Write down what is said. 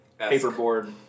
paperboard